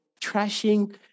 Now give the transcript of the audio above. trashing